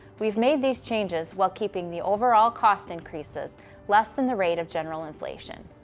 we've made these changes while keeping the overall cost increases less than the rate of general inflation.